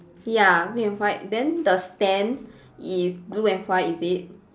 ya red and white then the stand is blue and white is it